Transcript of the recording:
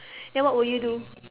then what will you do